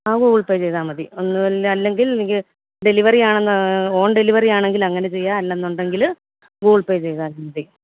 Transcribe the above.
ആ Google Pay ചെയ്താൽ മതി ഒന്നുലെ അല്ലെങ്കിൽ എനിക്ക് ടെലിവെറി ആ ഹോം ടെലിവെറി ആണെങ്കിൽ അങ്ങനെ ചെയ്യാം അല്ലെന്നുണ്ടെങ്കിൽ ഗൂഗിൾ പെ ചെയ്തലും മതി